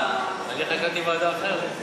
אני חשבתי ועדה אחרת.